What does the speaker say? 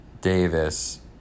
Davis